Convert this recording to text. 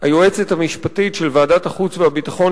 היועצת המשפטית של ועדת החוץ והביטחון,